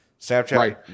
Snapchat